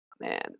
man